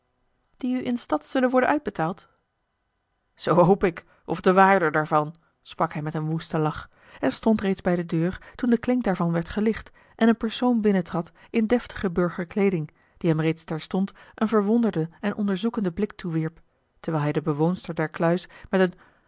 u in stad zullen worden uitbetaald zoo hope ik of de waarde daarvan sprak hij met een woesten lach en stond reeds bij de deur toen de klink daarvan werd gelicht en een persoon binnentrad in deftige burger kleeding die hem reeds terstond een verwonderden en onderzoekenden blik toewierp terwijl hij de bewoonster der kluis met een